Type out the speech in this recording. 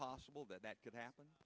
possible that that could happen